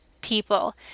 people